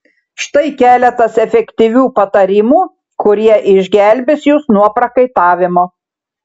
štai keletas efektyvių patarimų kurie išgelbės jus nuo prakaitavimo